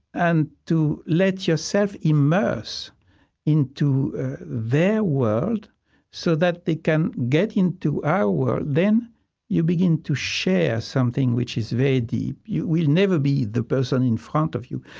and to let yourself immerse into their world so that they can get into our world, then you begin to share something which is very deep you will never be the person in front of you,